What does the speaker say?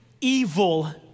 evil